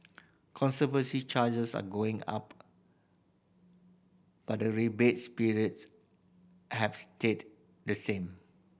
conservancy charges are going up but the rebate spirits have stayed the same